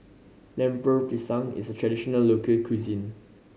Lemper Pisang is a traditional local cuisine